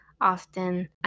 often